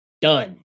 Done